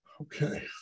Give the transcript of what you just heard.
Okay